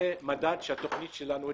זה מדד שהתוכנית שלנו הצליחה.